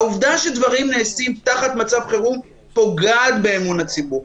העובדה שדברים נעשים תחת מצב חירום פוגעת באמון הציבור.